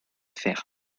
fer